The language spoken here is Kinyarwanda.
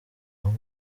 imwe